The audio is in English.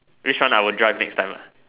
which one I will drive next time ah